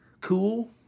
cool